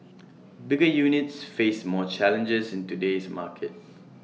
bigger units face more challenges in today's market